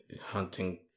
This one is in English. Hunting